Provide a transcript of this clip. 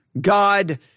God